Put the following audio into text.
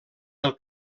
del